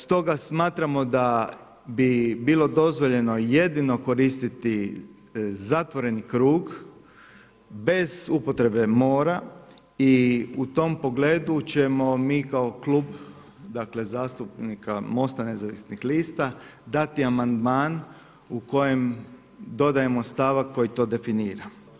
Stoga, smatramo da bi bilo dozvoljeno jedino koristiti zatvoreni krug, bez upotrebe mora i u tom pogledu ćemo mi kao Klub zastupnika Mosta nezavisnih lista dati amandman u kojem dodajemo stavak koji to definira.